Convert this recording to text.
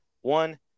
One